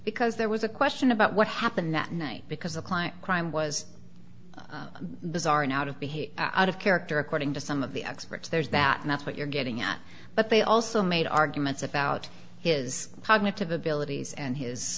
because there was a question about what happened that night because the client crime was bizarre and out of behavior out of character according to some of the experts there's that and that's what you're getting at but they also made arguments about his cognitive abilities and his